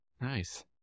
Nice